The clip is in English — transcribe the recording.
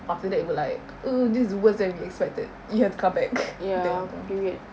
after that they were like err this is worst than we expected you have to come back then gitu